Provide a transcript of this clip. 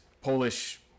polish